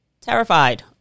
terrified